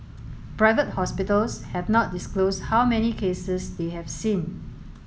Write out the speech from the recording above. private hospitals have not disclosed how many cases they have seen